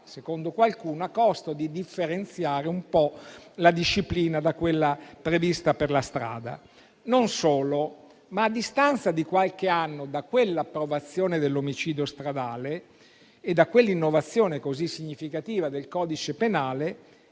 secondo qualcuno, anche a costo di differenziare un po' la disciplina da quella prevista per la strada. Non solo: a distanza di qualche anno da quell'approvazione dell'omicidio stradale e da quell'innovazione così significativa del codice penale